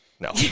No